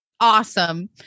awesome